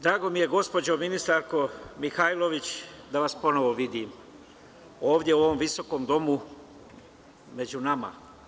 Drago mi je gospođo ministarko Mihajlović, da vas ponovo vidim, ovde u ovom visokom domu, među nama.